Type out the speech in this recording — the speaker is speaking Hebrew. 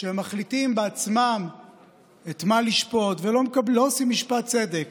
שהם מחליטים בעצמם את מה לשפוט ולא עושים משפט צדק.